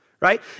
right